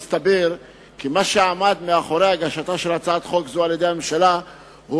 מסתבר כי מה שעמד מאחורי הגשת הצעת חוק זו על-ידי הממשלה הוא